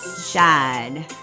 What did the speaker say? Shine